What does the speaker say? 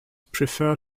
prefer